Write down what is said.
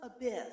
abyss